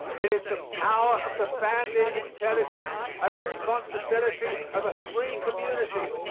it is the power of the banded intelligence and responsibility of a free community.